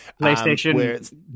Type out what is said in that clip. PlayStation